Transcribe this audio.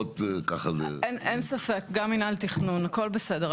אין ספק, גם מנהל תכנון, הכל בסדר.